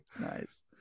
Nice